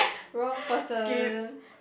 wrong person